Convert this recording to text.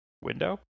window